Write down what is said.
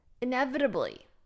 Inevitably